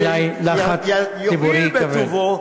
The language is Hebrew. שר אחד שיואיל בטובו,